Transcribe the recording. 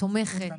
תומכת